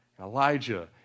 Elijah